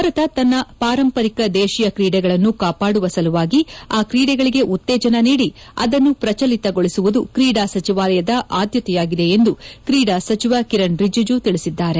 ಭಾರತ ತನ್ನ ಪಾರಂಪರಿಕ ದೇಶೀಯ ಕ್ರೀಡೆಗಳಗಳನ್ನು ಕಾಪಾಡುವ ಸಲುವಾಗಿ ಆ ಕ್ರೀಡೆಗಳಿಗೆ ಉತ್ತೇಜನ ನೀಡಿ ಅದನ್ನು ಪ್ರಚಲಿತ ಗೊಳಿಸುವುದು ಕ್ರೀಡಾ ಸಚಿವಾಲಯದ ಆಧ್ಯತೆಯಾಗಿದೆ ಎಂದು ಕ್ರೀಡಾ ಸಚಿವ ಕಿರಣ್ ರಿಜುಜು ತಿಳಿಸಿದ್ದಾರೆ